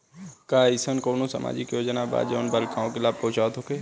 का एइसन कौनो सामाजिक योजना बा जउन बालिकाओं के लाभ पहुँचावत होखे?